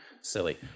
silly